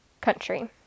country